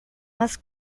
más